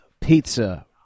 Pizza